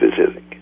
specific